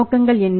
நோக்கங்கள் என்ன